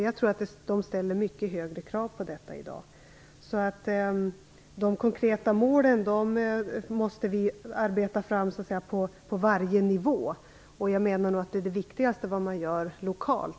Jag tror att de ställer mycket högre krav på detta i dag. De konkreta målen måste vi arbeta fram på varje nivå. Jag menar att det viktigaste är vad man gör lokalt.